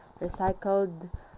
recycled